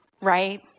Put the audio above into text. right